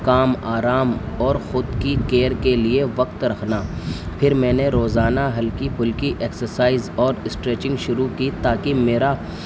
کام آرام اور خود کی کیئر کے لیے وقت رکھنا پھر میں نے روزانہ ہلکی پھلکی ایکسرسائز اور اسٹریچنگ شروع کی تاکہ میرا